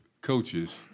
coaches